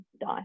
die